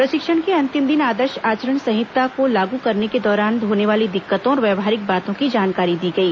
प्रशिक्षण के अंतिम दिन आदर्श आचरण संहित को लागू करने के दौरान होने वाली दिक्कतों और व्यवहारिक बातों की जानकारी दी गई